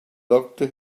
doctor